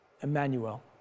Emmanuel